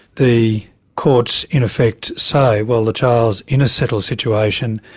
the courts in effect say, well the child's in a settled situation,